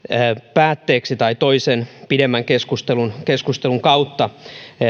päätteeksi tai toisen pidemmän keskustelun keskustelun kautta